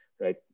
right